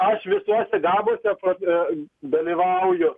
aš visuose gabuose prad e dalyvauju